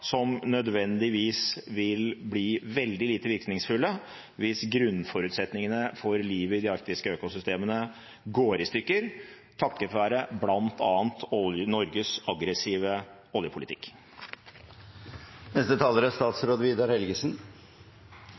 som nødvendigvis vil bli veldig lite virkningsfulle hvis grunnforutsetningene for livet i de arktiske økosystemene går i stykker, takket være bl.a. Norges aggressive